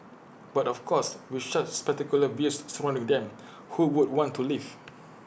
but of course with such spectacular views surrounding them who would want to leave